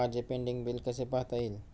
माझे pending bill कसे पाहता येईल?